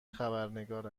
خبرنگار